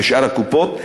בשאר הקופות,